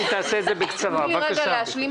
לגבי מה שאת נותנת אני רוצה לקבל עדכון